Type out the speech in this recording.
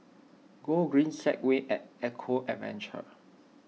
Gogreen Segway at Eco Adventure